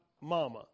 mama